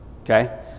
Okay